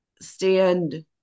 stand